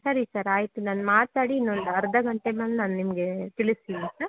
ಸರಿ ಸರ್ ಆಯಿತು ನಾನು ಮಾತಾಡಿ ಇನ್ನೊಂದು ಅರ್ಧ ಗಂಟೆನಲ್ಲಿ ನಾನು ನಿಮಗೆ ತಿಳಿಸ್ತೀನಿ ಸರ್